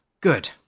good